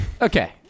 Okay